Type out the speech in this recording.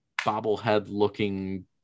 bobblehead-looking